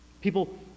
People